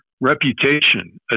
reputation